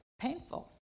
painful